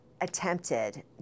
attempted